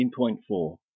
18.4